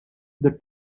the